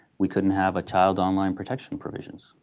we couldn't have a child online protection provision,